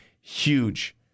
huge